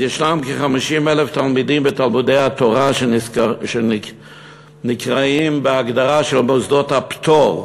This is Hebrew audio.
כ-50,000 תלמידים בתלמודי-התורה שנקראים בהגדרה מוסדות הפטור,